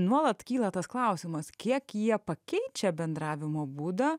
nuolat kyla tas klausimas kiek jie pakeičia bendravimo būdą